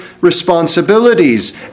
responsibilities